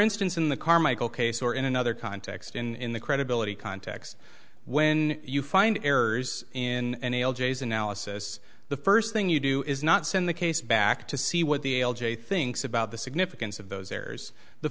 the carmichael case or in another context in the credibility context when you find errors in analysis the first thing you do is not send the case back to see what the l g thinks about the significance of those errors the